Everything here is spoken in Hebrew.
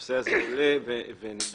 הנושא הזה עולה ונדון,